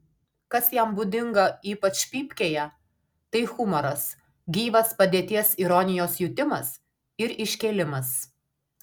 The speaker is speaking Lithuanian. kas jam būdinga ypač pypkėje tai humoras gyvas padėties ironijos jutimas ir iškėlimas